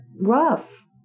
rough